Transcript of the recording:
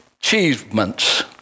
achievements